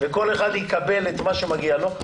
וכל אחד יקבל את מה שמגיע לו.